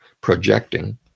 projecting